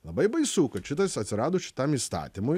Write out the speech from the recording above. labai baisu kad šitas atsirado šitam įstatymui